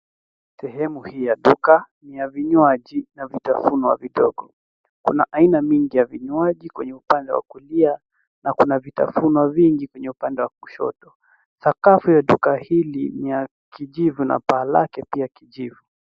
Sehemu hii ya duka ni ya vinywaji na vitafunwa vidogo. Kuna aina mingi ya vinywaji kwenye upande wa kulia na kuna vitafunwa vingi kwenye upande wa kushoto. Sakafu ya duka hili ni ya kijivu na paa lake pia kijivu.